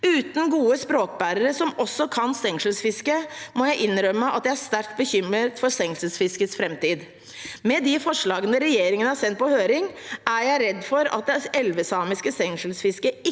Uten gode språkbærere som også kan stengselsfiske, må jeg inn rømme at jeg er sterkt bekymret for stengselsfiskets framtid. Med de forslagene regjeringen har sendt på høring, er jeg redd for at det elvesamiske stengselsfisket